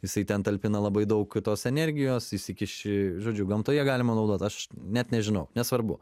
jisai ten talpina labai daug tos energijos įsikiši žodžiu gamtoje galima naudot aš net nežinau nesvarbu